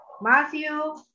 Matthew